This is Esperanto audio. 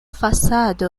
fasado